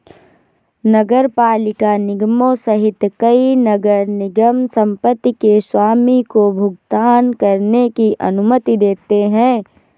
नगरपालिका निगमों सहित कई नगर निगम संपत्ति के स्वामी को भुगतान करने की अनुमति देते हैं